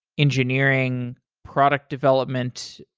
engineering product development,